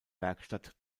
werkstatt